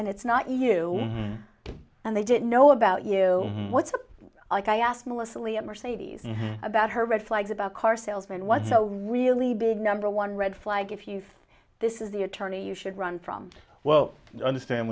and it's not you and they didn't know about you what's it like i asked melissa leah mercedes about her red flags about car salesman was a really big number one red flag if you feel this is the attorney you should run from well understand